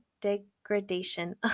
degradation